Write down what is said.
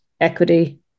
equity